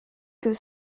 que